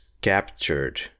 captured